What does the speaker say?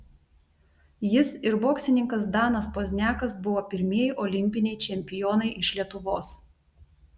jis ir boksininkas danas pozniakas buvo pirmieji olimpiniai čempionai iš lietuvos